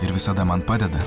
ir visada man padeda